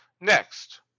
Next